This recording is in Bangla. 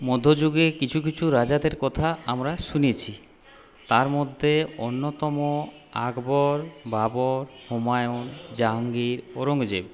মধ্য যুগে কিছু কিছু রাজাদের কথা আমরা শুনেছি তার মধ্যে অন্যতম আকবর বাবর হুমায়ুন জাহাঙ্গীর ঔরঙ্গজেব